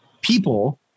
people